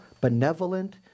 benevolent